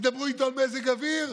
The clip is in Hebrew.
ידברו איתו על מזג אוויר,